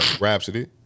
Rhapsody